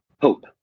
Hope